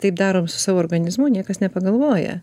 taip darom su savo organizmu niekas nepagalvoja